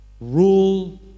rule